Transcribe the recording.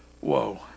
Whoa